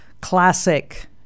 classic